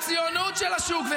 לציונות של השוק -- איפה אתה חי?